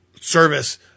service